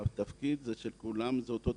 התפקיד של כולם הוא אותו תפקיד,